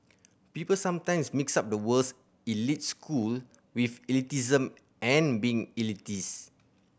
people sometimes mix up the words elite school with elitism and being elitist